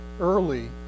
early